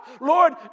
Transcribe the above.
Lord